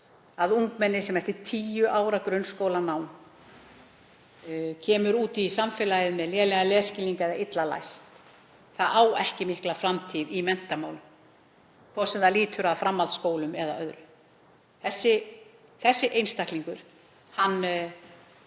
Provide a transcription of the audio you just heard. að ungmenni sem eftir tíu ára grunnskólanám kemur út í samfélagið með lélegan lesskilning eða illa læst á ekki mikla framtíð í menntamálum, hvort sem það er framhaldsskólum eða öðru. Þessi einstaklingur er